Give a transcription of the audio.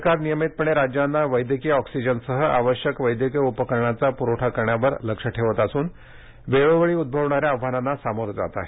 सरकार नियमितपणे राज्यांना वैद्यकीय ऑक्सिजनसह आवश्यक वैद्यकीय उपकरणांचा पुरवठा करण्यावर लक्ष ठेवत असून वेळोवेळी उद्भवणाऱ्या आव्हानांना सामोरं जात आहे